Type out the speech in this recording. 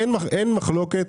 אין מחלוקת,